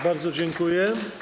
Bardzo dziękuję.